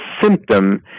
symptom